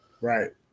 Right